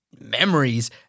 memories